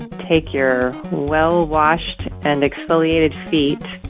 take your well-washed and exfoliated feet,